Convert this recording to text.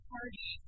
party